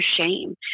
shame